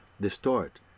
distort